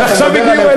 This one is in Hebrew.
עכשיו הגיעו אלי.